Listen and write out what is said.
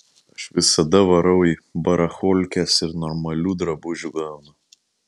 aš visada varau į baracholkes ir normalių drabužių gaunu